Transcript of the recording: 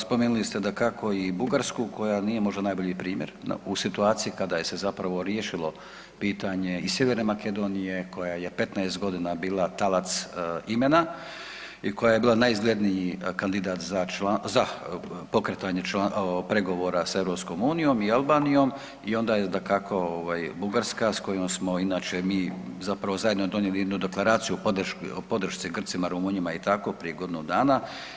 Spomenuli ste dakako i Bugarsku koja nije možda najbolji primjer u situaciji kada je se zapravo riješilo pitanje i Sjeverne Makedonije koja je 15.g. bila talac imena i koja je bila najizgledniji kandidat za pokretanje pregovora sa EU i Albanijom i onda je dakako ovaj Bugarska s kojom smo inače mi zapravo zajedno donijeli jednu deklaraciju o podršci Grcima, Rumunjima i tako prije godinu dana.